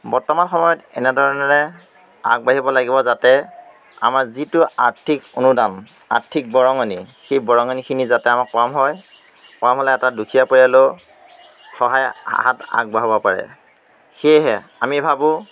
বৰ্তমান সময়ত এনেধৰণেৰে আগবাঢ়িব লাগিব যাতে আমাৰ যিটো আৰ্থিক অনুদান আৰ্থিক বৰঙণি সেই বৰঙণিখিনি যাতে আমাৰ কম হয় কম হ'লে এটা দুখীয়া পৰিয়ালেও সহায় হাত আগবাঢ়াব পাৰে সেয়েহে আমি ভাবোঁ